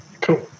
Cool